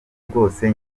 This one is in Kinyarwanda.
rwose